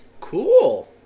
Cool